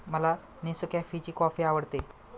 मला नेसकॅफेची कॉफी आवडते